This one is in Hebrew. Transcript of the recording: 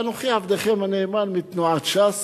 ואנוכי עבדכם הנאמן מתנועת ש"ס.